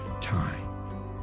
time